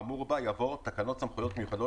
23,12 עד 25 ו-27 לחוק סמכויות מיוחדות